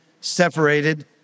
Separated